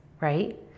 right